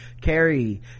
carrie